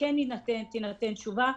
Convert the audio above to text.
תינתן להם תשובה.